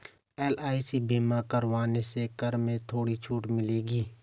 LIC बीमा करवाने से कर में थोड़ी छूट मिलेगी